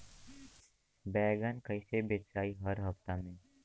बैगन कईसे बेचाई हर हफ्ता में?